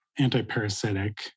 antiparasitic